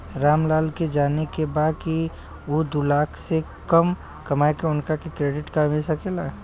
राम लाल के जाने के बा की ऊ दूलाख से कम कमायेन उनका के क्रेडिट कार्ड मिल सके ला?